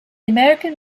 american